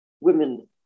women